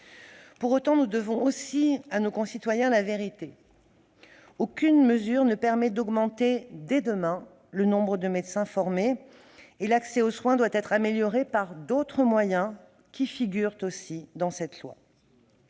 Pour autant, nous devons aussi la vérité à nos concitoyens. Aucune mesure ne permettra d'augmenter dès demain le nombre de médecins formés, et l'accès aux soins doit être amélioré par d'autres moyens ; ceux-ci figurent dans ce projet de loi.